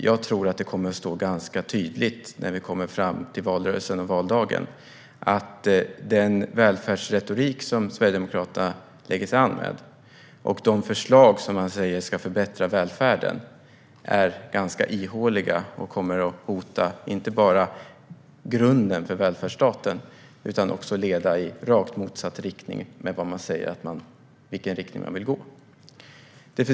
När vi kommer fram till valrörelsen och valdagen tror jag att det kommer att stå ganska tydligt att den välfärdsretorik som Sverigedemokraterna lagt sig till med och de förslag som de säger ska förbättra välfärden är ganska ihåliga och att de inte bara kommer att hota grunden för välfärdsstaten utan också kommer att leda i rakt motsatt riktning mot den man säger sig vilja gå i.